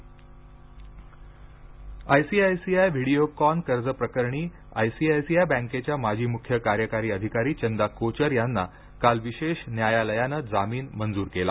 चंदा कोचर जामीन I C ICI Videocon कर्ज प्रकरणी आयसीआयसीआय बँकेच्या माजी मुख्य कार्यकारी अधिकारी चंदा कोचर यांना काल विशेष न्यायालयानं जामीन मंजूर केला